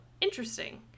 interesting